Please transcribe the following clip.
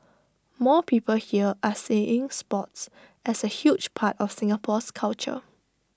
more people here are seeing sports as A huge part of Singapore's culture